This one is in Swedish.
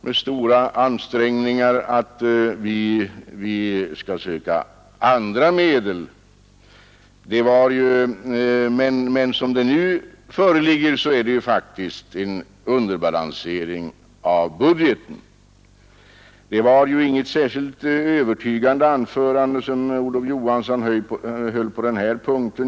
Med stor ansträngning säger herr Olof Johansson: Vi skall söka skapa medel på andra vägar. Som saken nu ligger till medför den faktiskt en underbalansering av budgeten. Herr Olof Johansson höll inte något särskilt övertygande anförande på denna punkt.